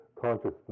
Consciousness